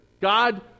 God